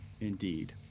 Indeed